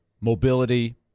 mobility